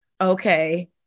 okay